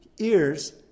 ears